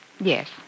Yes